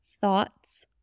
thoughts